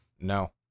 No